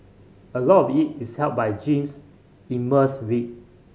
a lot of it is helped by Jean's immense wit